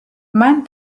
მან